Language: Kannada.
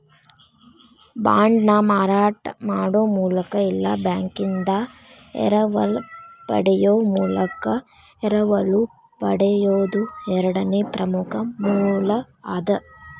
ಬಾಂಡ್ನ ಮಾರಾಟ ಮಾಡೊ ಮೂಲಕ ಇಲ್ಲಾ ಬ್ಯಾಂಕಿಂದಾ ಎರವಲ ಪಡೆಯೊ ಮೂಲಕ ಎರವಲು ಪಡೆಯೊದು ಎರಡನೇ ಪ್ರಮುಖ ಮೂಲ ಅದ